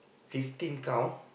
fifteen count